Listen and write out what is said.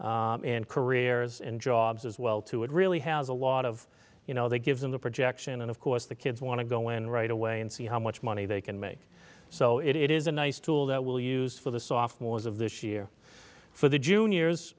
like and careers and jobs as well too it really has a lot of you know they give them the projection and of course the kids want to go in right away and see how much money they can make so it is a nice tool that will use for the software's of this year for the juniors